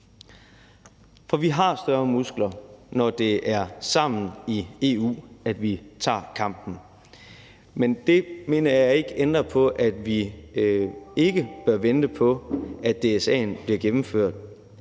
For vi har større muskler, når det er sammen i EU, vi tager kampen, men det mener jeg ikke ændrer på, at vi ikke bør vente på, at DSA'en bliver gennemført.